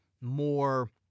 more